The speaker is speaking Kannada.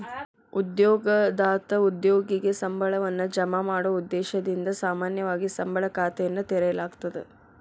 ಉದ್ಯೋಗದಾತ ಉದ್ಯೋಗಿಗೆ ಸಂಬಳವನ್ನ ಜಮಾ ಮಾಡೊ ಉದ್ದೇಶದಿಂದ ಸಾಮಾನ್ಯವಾಗಿ ಸಂಬಳ ಖಾತೆಯನ್ನ ತೆರೆಯಲಾಗ್ತದ